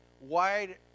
wide